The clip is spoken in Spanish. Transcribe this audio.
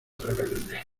rebelde